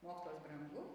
mokslas brangu